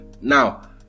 Now